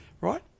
Right